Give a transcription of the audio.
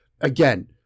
again-